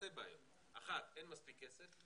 תתייעצו עם משרד המשפטים,